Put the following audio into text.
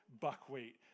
buckwheat